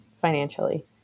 financially